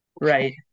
right